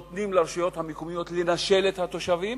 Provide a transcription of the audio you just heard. נותנים לרשויות המקומיות לנשל את התושבים?